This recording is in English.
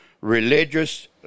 religious